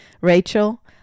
Rachel